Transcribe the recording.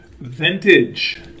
Vintage